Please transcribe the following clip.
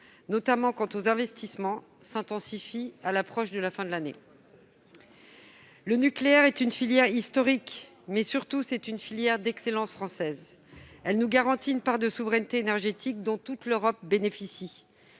notamment quant aux investissements, s'intensifie à l'approche de la fin de l'année. Le nucléaire est une filière historique, mais, surtout, d'excellence française. Elle nous garantit une part de souveraineté énergétique dont toute l'Europe bénéficie,